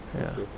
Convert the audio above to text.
ya